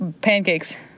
Pancakes